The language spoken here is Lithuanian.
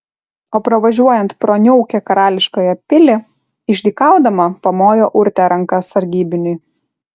o pravažiuojant pro niaukią karališkąją pilį išdykaudama pamojo urtė ranka sargybiniui